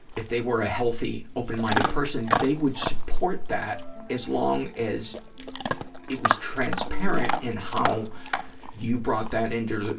if they were a healthy, open-minded person, they would support that, as long as it was transparent in how you brought that into,